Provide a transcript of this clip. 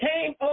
came